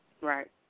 Right